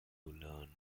learn